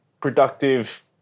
productive